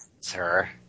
sir